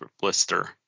blister